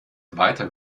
weiter